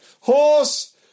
HORSE